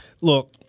Look